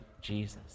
Jesus